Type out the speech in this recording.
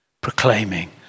proclaiming